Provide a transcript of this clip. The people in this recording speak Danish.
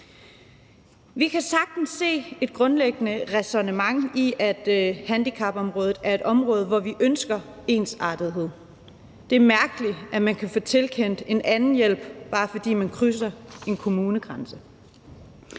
Vi kan sagtens se et grundlæggende ræsonnement i, at handicapområdet er et område, hvor vi ønsker ensartethed. Det er mærkeligt, at man kan få tilkendt en anden hjælp, bare fordi man krydser en kommunegrænse,